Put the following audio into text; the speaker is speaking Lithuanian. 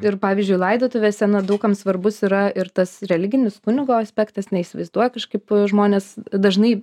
ir pavyzdžiui laidotuvėse daug kam svarbus yra ir tas religinis kunigo aspektas neįsivaizduoja kažkaip žmonės dažnai